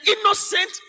innocent